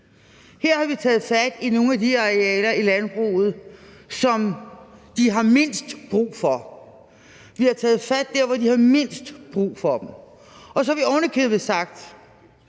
Her har vi taget fat i nogle af de arealer i landbruget, som de har mindst brug for. Vi har taget fat der, hvor de har mindst brug for dem. Og så har vi ovenikøbet sagt,